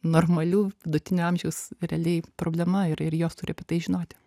normalių vidutinio amžiaus realiai problema ir ir jos turi apie tai žinoti